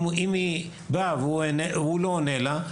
אם היא באה והוא לא עונה לה,